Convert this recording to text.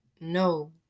no